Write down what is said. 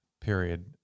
period